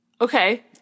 okay